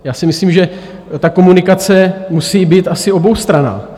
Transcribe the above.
Já si myslím, že ta komunikace musí být asi oboustranná.